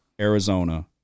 Arizona